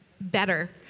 better